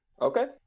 Okay